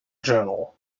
journal